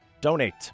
donate